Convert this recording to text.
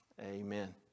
Amen